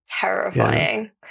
terrifying